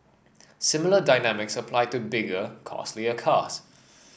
similar dynamics apply to bigger costlier cars